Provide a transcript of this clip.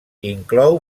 inclou